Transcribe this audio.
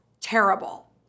terrible